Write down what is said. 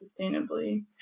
sustainably